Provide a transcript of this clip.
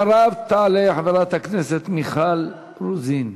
ואחריו תעלה חברת הכנסת מיכל רוזין.